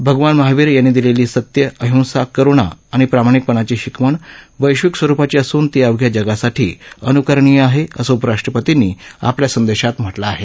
भगवान महावीर यांनी दिलेली सत्य अहिंसा करुणा आणि प्रामाणिकपणाची शिकवण वैबिक स्वरूपाची असून ती अवघ्या जगासाठीच अनुकरणीय आहे असं उपराष्ट्रपर्तींनी आपल्या संदेशात म्हटलं आहे